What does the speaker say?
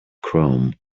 chrome